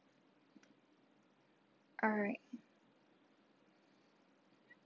alright